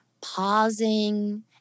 pausing